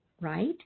right